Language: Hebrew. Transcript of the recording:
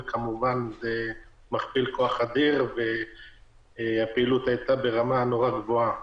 וכמובן שזה מכפיל כוח אדיר והפעילות הייתה ברמה מאוד גבוהה.